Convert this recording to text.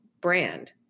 brand